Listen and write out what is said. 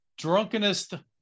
drunkenest